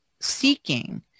seeking